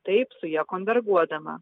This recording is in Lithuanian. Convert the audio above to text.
taip su ja konverguodama